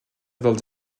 dels